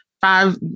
five